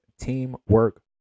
teamwork